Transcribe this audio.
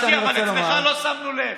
אבל אצלך לא שמנו לב.